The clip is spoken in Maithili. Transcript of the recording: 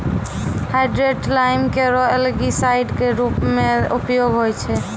हाइड्रेटेड लाइम केरो एलगीसाइड क रूप म उपयोग होय छै